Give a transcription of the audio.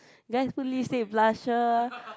then I just put lipstick blusher